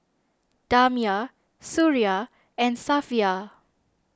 Damia Suria and Safiya